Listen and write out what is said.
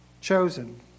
chosen